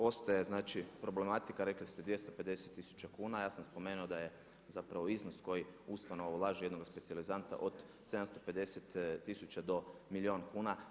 Ostaje znači problematika, rekli ste 250 tisuća kuna, ja sam spomenuo da je zapravo iznos koji ustanova ulaže u jednog specijalizanta od 750 tisuća do milijun kuna.